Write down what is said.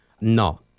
no